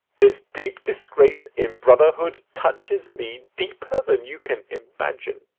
this deep disgrace in brotherhood touches me deeper than you can imagine.